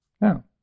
Now